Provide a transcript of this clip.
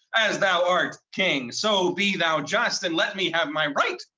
as thou art king, so be thou just, and let me have my right.